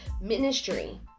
ministry